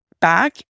back